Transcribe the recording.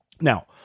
Now